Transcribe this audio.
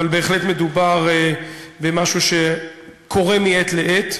אבל בהחלט מדובר במשהו שקורה מעת לעת.